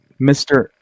Mr